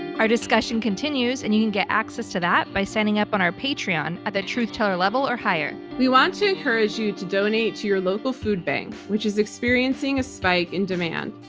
our discussion continues and you can get access to that by signing up on our patreon at the truth teller level or higher. we want to encourage you to donate to your local food bank, which is experiencing a spike in demand.